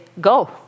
go